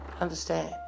Understand